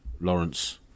Lawrence